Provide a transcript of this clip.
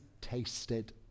tasted